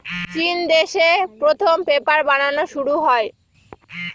চিন দেশে প্রথম পেপার বানানো শুরু হয়